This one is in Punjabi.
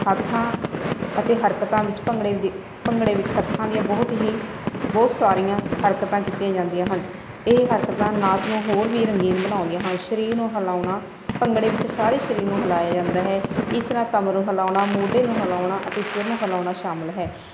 ਹੱਥਾਂ ਅਤੇ ਹਰਕਤਾਂ ਵਿੱਚ ਭੰਗੜੇ ਭੰਗੜੇ ਵਿੱਚ ਹੱਥਾਂ ਦੀਆਂ ਬਹੁਤ ਹੀ ਬਹੁਤ ਸਾਰੀਆਂ ਹਰਕਤਾਂ ਕੀਤੀਆਂ ਜਾਂਦੀਆਂ ਹਨ ਇਹ ਹਰਕਤਾਂ ਨਾਚ ਨੂੰ ਹੋਰ ਵੀ ਰੰਗੀਨ ਬਣਾਉਂਦੀਆਂ ਹਨ ਸ਼ਰੀਰ ਨੂੰ ਹਿਲਾਉਣਾ ਭੰਗੜੇ ਵਿੱਚ ਸਾਰੀ ਸਰੀਰ ਨੂੰ ਹਿਲਾਇਆ ਜਾਂਦਾ ਹੈ ਇਸ ਤਰ੍ਹਾਂ ਕੰਮ ਨੂੰ ਹਿਲਾਉਣਾ ਮੋਢੇ ਨੂੰ ਹਿਲਾਉਣਾ ਅਤੇ ਸਿਰ ਨੂੰ ਹਿਲਾਉਣਾ ਸ਼ਾਮਿਲ ਹੈ